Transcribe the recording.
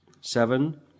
Seven